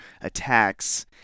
attacks